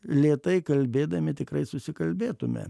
lėtai kalbėdami tikrai susikalbėtume